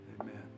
amen